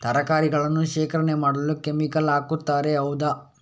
ತರಕಾರಿಗಳನ್ನು ಶೇಖರಣೆ ಮಾಡಲು ಕೆಮಿಕಲ್ ಹಾಕುತಾರೆ ಹೌದ?